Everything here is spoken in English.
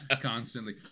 constantly